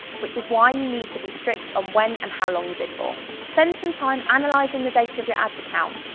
which is why you need to be strict on when and how long you bid for. spend some time analysing the data of your ads account.